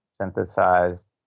synthesized